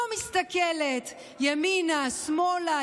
לא מסתכלת ימינה שמאלה,